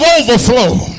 overflow